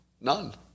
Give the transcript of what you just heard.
None